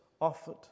offered